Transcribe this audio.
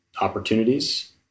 opportunities